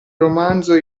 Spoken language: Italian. romanzo